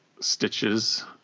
stitches